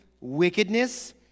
wickedness